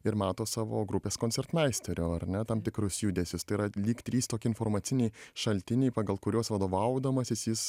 ir mato savo grupės koncertmeisterio ar ne tam tikrus judesius tai yra lyg trys tokie informaciniai šaltiniai pagal kuriuos vadovaudamasis jis